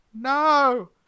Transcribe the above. No